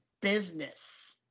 business